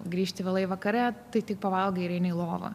grįžti vėlai vakare tai tik pavalgai ir eini į lovą